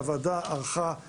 הוועדה עבדה מאוד קשה.